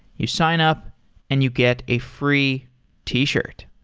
you sign up and you get a free t-shirt.